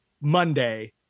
monday